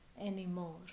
anymore